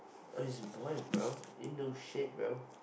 oh it's Brian bro Indo shit bro